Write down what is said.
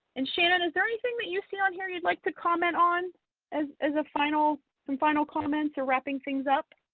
and shannon, is there anything that you see on here you'd like to comment on as a final, some final comments or wrapping things up?